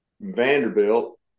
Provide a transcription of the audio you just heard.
Vanderbilt